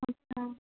अच्छा